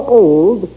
old